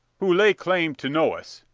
who lay claim to know us,